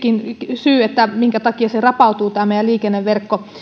syy siihen minkä takia tämä meidän liikenneverkko